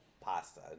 pasta